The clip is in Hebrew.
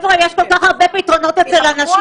אני אתחיל --- יש לי חבר שמנגן איתי